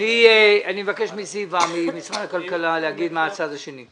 אני אבקש מזיוה, ממשרד הכלכלה, להגיד מהצד השני.